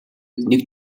нэг